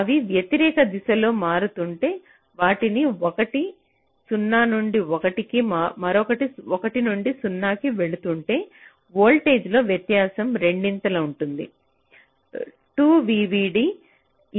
కానీ అవి వ్యతిరేక దిశలో మారుతుంటే వాటిలో ఒకటి 0 నుండి 1 కి మరొకటి 1 నుండి 0 కి వెళుతుంటే వోల్టేజ్లలో వ్యత్యాసం రెండింతలు ఉంటుంది 2 VDD